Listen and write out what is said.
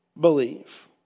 believe